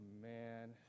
man